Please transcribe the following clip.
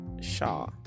shaw